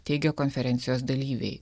teigia konferencijos dalyviai